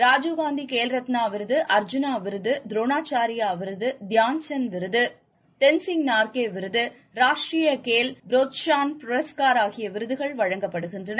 ராஜீவ் காந்தி கேல் ரத்னா விருது அர்ஜூனா விருது தோரணாச்சாரியா விருது தியான் சந்த் விருது தென்சிங் நார்கே விருது ராஷ்டிரிய கேல் ப்ரோத்ஷான் புரஸ்கார் ஆகிய விருதுகள் வழங்கப்படுகின்றன